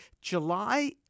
July